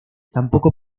tampoco